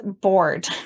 bored